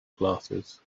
glasses